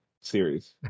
series